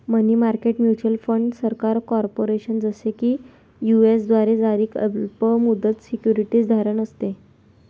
मनी market mutual fund सरकार, corporation, जसे की यू.एस द्वारे जारी अल्प मुदत सिक्युरिटीज धारण असते